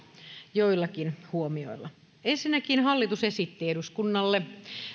joillakin huomioilla ensinnäkin hallitus esitti eduskunnalle